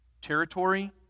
territory